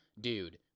dude